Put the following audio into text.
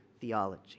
theology